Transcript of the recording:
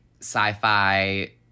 sci-fi